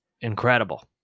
incredible